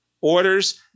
orders